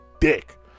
dick